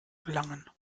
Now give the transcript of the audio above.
gelangen